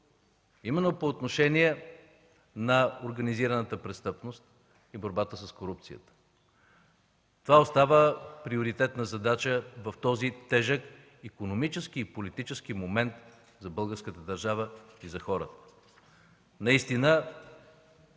именно по отношение на организираната престъпност и борбата с корупцията. Това остава приоритетна задача в този тежък икономически и политически момент за българската държава и за хората.